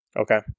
Okay